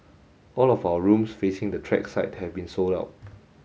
all of our rooms facing the track side have been sold out